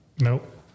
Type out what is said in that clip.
Nope